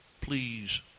please